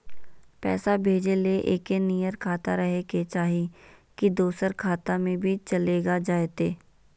पैसा भेजे ले एके नियर खाता रहे के चाही की दोसर खाता में भी चलेगा जयते?